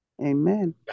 Amen